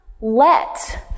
let